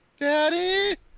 Daddy